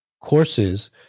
courses